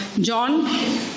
John